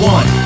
One